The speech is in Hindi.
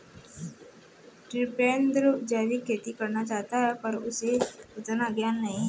टिपेंद्र जैविक खेती करना चाहता है पर उसे उतना ज्ञान नही है